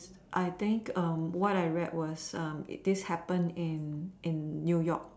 I think um what I read was um this happened in in New York